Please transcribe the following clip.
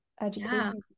education